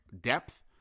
depth